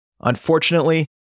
Unfortunately